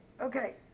Okay